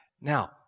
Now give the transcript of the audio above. Now